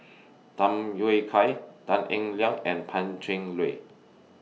Tham Yui Kai Tan Eng Liang and Pan Cheng Lui